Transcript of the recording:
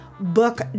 book